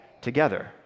together